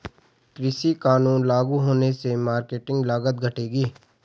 कृषि कानून लागू होने से मार्केटिंग लागत घटेगी